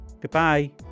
Goodbye